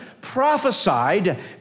prophesied